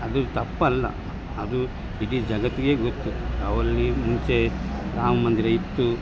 ಅದು ತಪ್ಪಲ್ಲ ಅದು ಇಡೀ ಜಗತ್ತಿಗೆ ಗೊತ್ತು ಅಲ್ಲಿ ಮುಂಚೆ ರಾಮ ಮಂದಿರ ಇತ್ತು